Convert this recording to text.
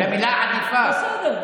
במילה "עדיפה".